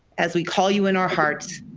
as we call you in our hearts.